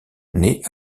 nait